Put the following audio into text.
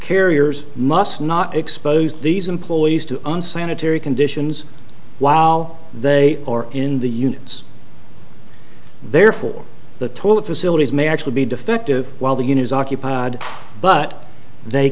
carriers must not expose these employees to unsanitary conditions wow they are in the units therefore the toilet facilities may actually be defective while the unit is occupied but they